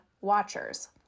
watchers